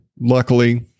Luckily